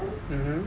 mmhmm